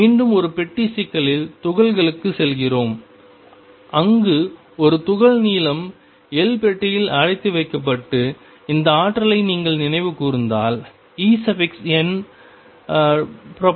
மீண்டும் ஒரு பெட்டி சிக்கலில் துகள்களுக்குச் செல்கிறோம் அங்கு ஒரு துகள் நீளம் L பெட்டியில் அடைத்து வைக்கப்பட்டு இந்த ஆற்றலை நீங்கள் நினைவு கூர்ந்தால் En1L2